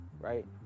right